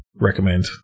recommend